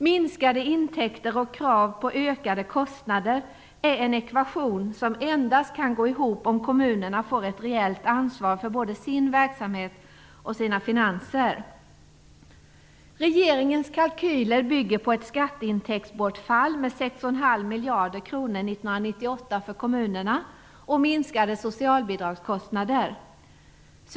Minskade intäkter och krav på ökade kostnader är en ekvation som endast kan gå ihop om kommunerna får ett reellt ansvar för både sin verksamhet och sina finanser. Regeringens kalkyler bygger på ett skatteintäktsbortfall med 6,5 miljarder kronor 1998 för kommunerna och minskade socialbidragskostnader.